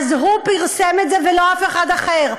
אז הוא פרסם את זה ולא אף אחד אחר.